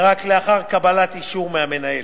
ורק לאחר קבלת אישור מהמנהל.